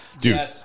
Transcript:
Dude